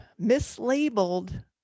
mislabeled